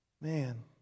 Man